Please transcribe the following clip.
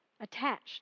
attached